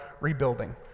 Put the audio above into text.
rebuilding